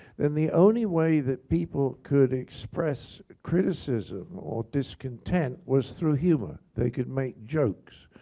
then the only way that people could express criticism or discontent was through humor. they could make jokes.